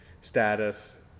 status